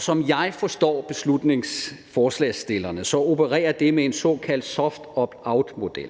Som jeg forstår beslutningsforslagsstillerne, opererer det med en såkaldt soft optoutmodel